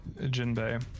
Jinbei